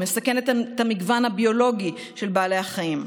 היא מסכנת את המגוון הביולוגי של בעלי החיים.